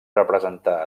representar